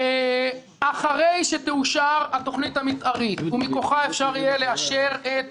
אחרי שתאושר התוכנית המתארית ומכוחה אפשר יהיה לאשר את